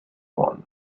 one